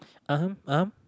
(uh huh) (uh huh)